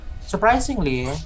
surprisingly